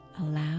allow